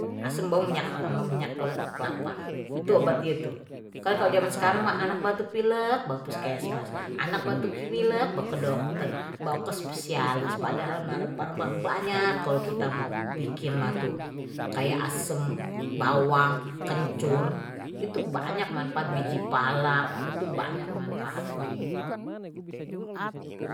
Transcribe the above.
Asem ama minyak kelapa, itu obat dia itu kan kalau zaman sekarang mah anak batuk pilek bawa ke puskesmas anak batuk pilek bawa ke dokter bawa ke spesialis padahal mah rempah rempah banyak kalo kita mau bikin kayak asem bawang kencur itu banyak manfaat biji pala itu banyak manfaatnya